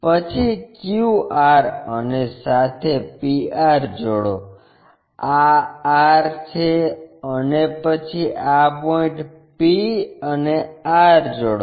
પછી q r અને સાથે p r જોડૉ આ r છે અને પછી આ પોઇન્ટ p અને r જોડો